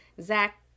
Zach